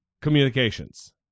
communications